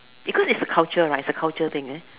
because it's culture right it's a culture thing